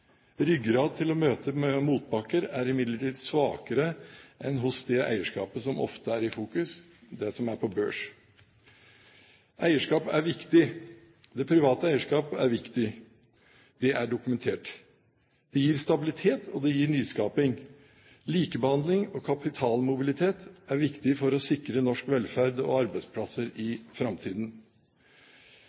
Ryggrad til å møte motbakker er imidlertid svakere enn hos det eierskapet som ofte er i fokus: det som er på børs. Eierskap er viktig. Det private eierskap er viktig. Det er dokumentert. Det gir stabilitet, og det gir nyskaping. Likebehandling og kapitalmobilitet er viktig for å sikre norsk velferd og arbeidsplasser i framtiden.